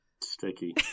sticky